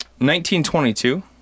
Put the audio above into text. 1922